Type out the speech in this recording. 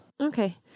okay